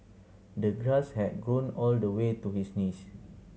the grass had grown all the way to his knees